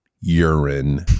urine